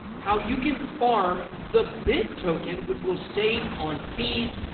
how you can farm the bitt token, which will save on fees,